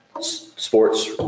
sports